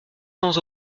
sans